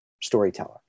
storyteller